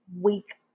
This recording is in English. week